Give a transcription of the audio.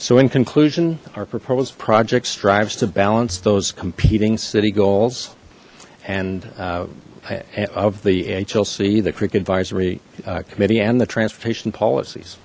so in conclusion our proposed project strives to balance those competing city goals and of the hlc the creek advisory committee and the transportation policies